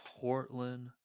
portland